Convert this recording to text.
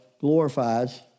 glorifies